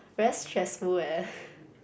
very stressful eh